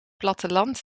platteland